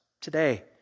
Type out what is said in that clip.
today